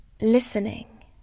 Listening